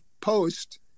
post